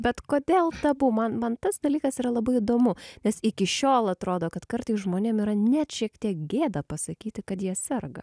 bet kodėl tabu man man tas dalykas yra labai įdomu nes iki šiol atrodo kad kartais žmonėm yra net šiek tiek gėda pasakyti kad jie sega